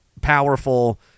powerful